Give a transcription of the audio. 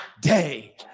day